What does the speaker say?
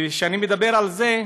וכשאני מדבר על זה,